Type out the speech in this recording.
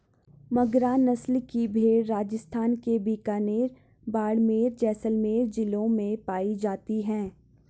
मगरा नस्ल की भेंड़ राजस्थान के बीकानेर, बाड़मेर, जैसलमेर जिलों में पाई जाती हैं